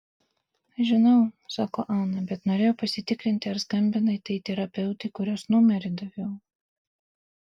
žinau sako ana bet norėjau pasitikrinti ar skambinai tai terapeutei kurios numerį daviau